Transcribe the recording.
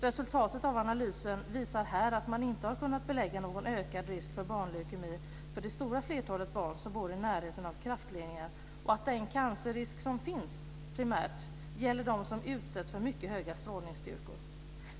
Resultatet av analysen visar att man inte har kunnat belägga någon ökad risk för barnleukemi för det stora flertalet barn som bor i närheten av kraftledningarna och att den cancerrisk som finns primärt gäller dem som utsätts för mycket höga strålningsstyrkor.